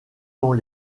dans